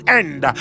end